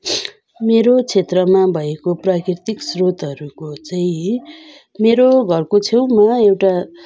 मेरो क्षेत्रमा भएको प्राकृतिक स्रोतहरूको चाहिँ मेरो घरको छेउमा एउटा